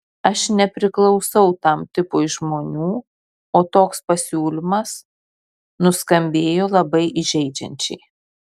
aš nepriklausau tam tipui žmonių o toks pasiūlymas nuskambėjo labai įžeidžiančiai